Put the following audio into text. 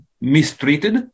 mistreated